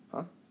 !huh!